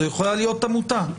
זאת יכולה להיות עמותה: